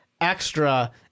extra